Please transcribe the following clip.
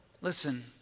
listen